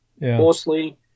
mostly